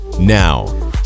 Now